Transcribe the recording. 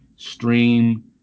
stream